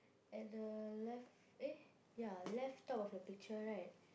at the left eh ya left top of the picture right